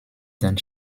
den